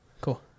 Cool